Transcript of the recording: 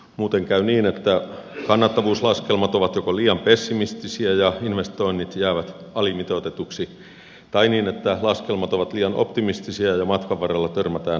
muuten käy joko niin että kannattavuuslaskelmat ovat liian pessimistisiä ja investoinnit jäävät alimitoitetuiksi tai niin että laskelmat ovat liian optimistisia ja matkan varrella törmätään kannattavuusongelmiin